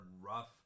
rough